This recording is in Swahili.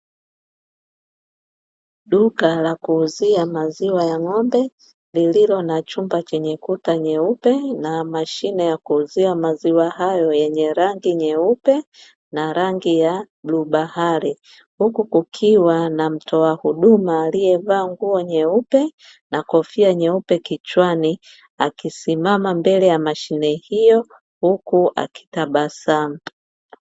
Duka la kuuzia maziwa ya ng'ombe lenye kuta za rangi nyeupe na mashine ya kuuzia maziwa hayo yenye rangi nyeupe na rangi ya bluu bahari, huku kukiwa na mtoa huduma alievaa nguo nyeupe na kofia nyeupe kichwani akisimama mbele ya mashine hiyo huku akitabasamu.